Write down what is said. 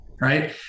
Right